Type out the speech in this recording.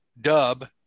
Dub